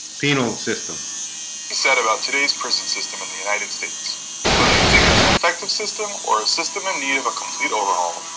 penal system is said about today's prison system in the united states whether you think it's an effective system, or a system need of a complete overhaul.